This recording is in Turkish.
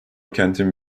kentin